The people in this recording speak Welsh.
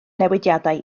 newidiadau